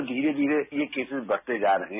तो धीरे धीरे ये केसेज बढ़ते जा रहे हैं